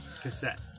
cassette